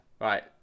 right